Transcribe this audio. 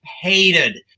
Hated